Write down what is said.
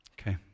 Okay